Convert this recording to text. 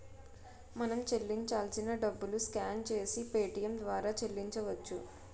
మనం చెల్లించాల్సిన డబ్బులు స్కాన్ చేసి పేటియం ద్వారా చెల్లించవచ్చు